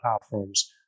platforms